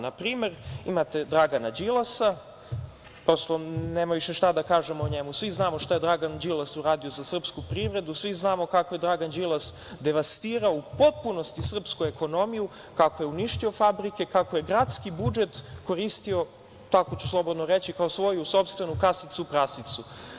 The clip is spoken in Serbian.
Na primer, imate Dragana Đilasa, prosto nemam više šta da kažem o njemu, svi znamo šta je Dragan Đilas uradio za srpsku privredu, svi znamo kako je Dragan Đilas devastirao u potpunosti srpsku ekonomiju, kako je uništio fabrike, kako je gradski budžet koristio, tako ću slobodno reći, kao svoju sopstvenu kasicu prasicu.